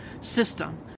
system